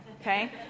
okay